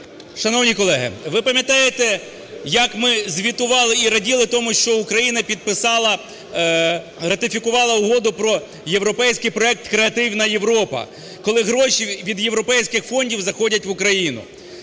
Шановні колеги, ви пам'ятаєте, як ми звітували і раділи тому, що Україна підписала, ратифікувала Угоду про європейський проект "Креативна Європа", коли гроші від європейських фондів заходять в Україну.